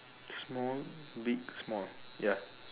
small big small ya